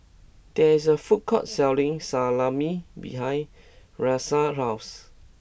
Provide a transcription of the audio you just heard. there is a food court selling Salami behind Rahsaan's house